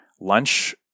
lunch